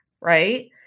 right